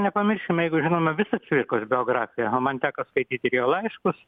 nepamiršime jeigu žinome visą cvirkos biografiją o man teko skaityt ir jo laiškus